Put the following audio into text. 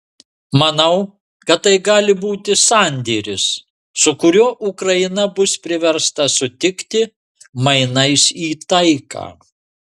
manau kad tai gali būti sandėris su kuriuo ukraina bus priversta sutikti mainais į taiką